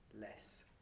less